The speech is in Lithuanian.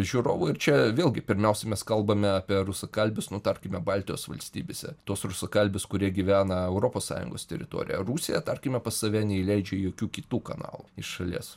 žiūrovų ir čia vėlgi pirmiausia mes kalbame apie rusakalbius nu tarkime baltijos valstybėse tuos rusakalbius kurie gyvena europos sąjungos teritorijoje rusija tarkime pas save neįleidžia jokių kitų kanalų iš šalies